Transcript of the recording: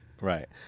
right